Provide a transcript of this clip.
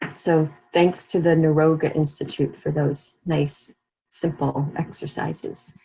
so, thanks to the niroga institute for those nice simple exercises.